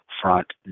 front